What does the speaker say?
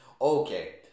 Okay